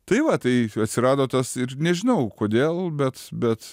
tai va tai atsirado tas ir nežinau kodėl bet bet